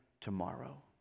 tomorrow